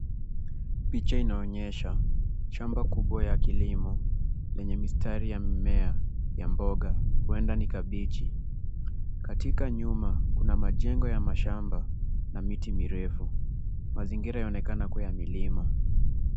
Picha inaonyesha shamba kubwa ya kilimo lenye mistari ya mimea ya mboga, huenda ni kabichi . Katika nyuma kuna majengo ya mashamba na miti mirefu. Mazingira yanaonekana kua ya milima.